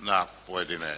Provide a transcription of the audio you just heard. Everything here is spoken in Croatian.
na pojedine